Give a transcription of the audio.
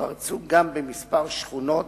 פרצו גם בכמה שכונות